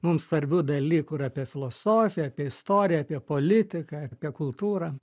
mums svarbių dalykų ir apie filosofiją apie istoriją apie politiką apie kultūrą